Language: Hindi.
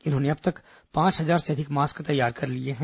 इन्होंने अब तक पांच हजार से अधिक मास्क तैयार कर लिए हैं